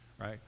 right